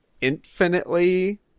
infinitely